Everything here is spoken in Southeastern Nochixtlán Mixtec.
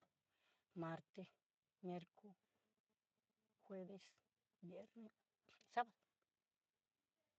Martes, mierco, jueves, viernes y sabado.